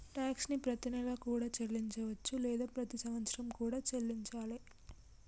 tax ని ప్రతినెలా కూడా చెల్లించవచ్చు లేదా ప్రతి సంవత్సరం కూడా చెల్లించాలే